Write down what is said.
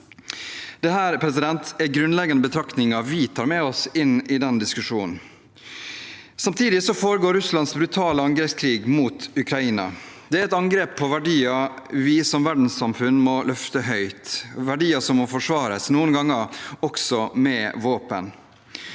Dette er grunnleggende betraktninger vi tar med oss inn i denne diskusjonen. Samtidig foregår Russlands brutale angrepskrig mot Ukraina. Det er et angrep på verdier vi som verdenssamfunn må løfte høyt, verdier som må forsvares, noen ganger også med våpen.